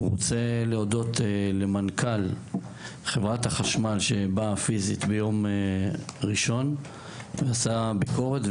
הוא רוצה להודות למנכ"ל חברת החשמל שבאה פיזית ביום ראשון ועושה ביקורת,